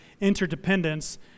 interdependence